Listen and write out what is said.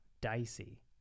Dicey